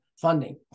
funding